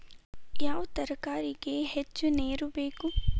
ಯಾವ ತರಕಾರಿಗೆ ಹೆಚ್ಚು ನೇರು ಬೇಕು?